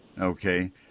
Okay